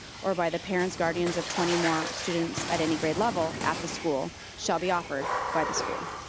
or by the parents, guardians of twenty more students at any grade level, at the school, shall be offered by the school.